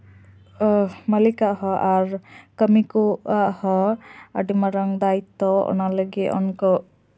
ᱚᱸ ᱢᱟᱞᱤᱠᱟᱜ ᱦᱚᱸ ᱟᱨ ᱠᱟᱹᱢᱤ ᱠᱚᱣᱟᱜ ᱦᱚᱸ ᱟᱹᱰᱤ ᱢᱟᱨᱟᱝ ᱫᱟᱭᱤᱛᱛᱚ ᱚᱱᱟ ᱞᱟᱹᱜᱤᱫ ᱩᱱᱠᱩ